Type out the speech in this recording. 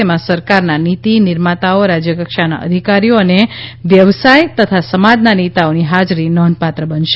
તેમાં સરકારના નીતિ નિર્માતાઓ રાજ્ય કક્ષાના અધિકારીઓ અને વ્યવસાય અને સમાજના નેતાઓની હાજરી નોધપાત્ર બનશે